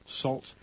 salt